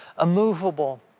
immovable